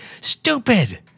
stupid